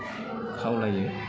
खावलायो